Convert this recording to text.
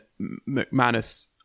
mcmanus